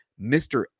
Mr